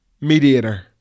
Mediator